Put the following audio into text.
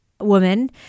woman